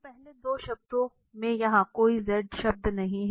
तो पहले 2 शब्दों में यहां कोई z शब्द नहीं है